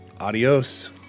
Adios